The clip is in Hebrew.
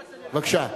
בבקשה.